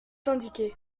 indiquée